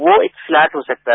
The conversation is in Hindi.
वो एक प्लैट हो सकता है